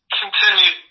continue